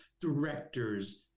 directors